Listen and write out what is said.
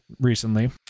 recently